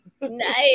Nice